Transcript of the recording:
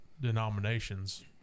denominations